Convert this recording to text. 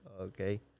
Okay